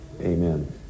Amen